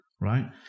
Right